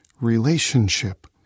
relationship